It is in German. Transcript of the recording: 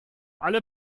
alle